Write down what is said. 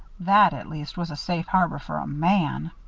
that at least was a safe harbor for a man.